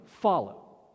follow